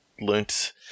learnt